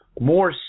More